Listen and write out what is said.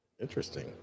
Interesting